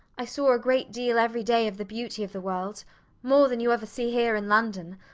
i saw a great deal every day of the beauty of the world more than you ever see here in london.